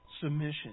submission